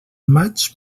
maig